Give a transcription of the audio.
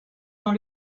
dans